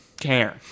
care